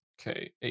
Okay